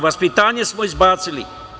Vaspitanje smo izbacili.